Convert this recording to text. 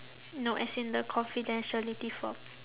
no as in the confidentiality form